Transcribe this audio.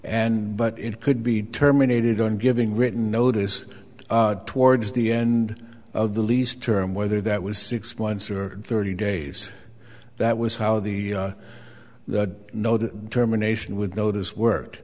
and but it could be terminated on giving written notice towards the end of the lease term whether that was six months or thirty days that was how the no to determination would notice work